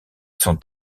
sont